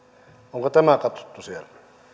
onko tämä katsottu siellä